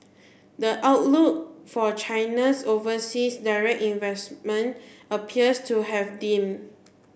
the outlook for China's overseas direct investment appears to have dimmed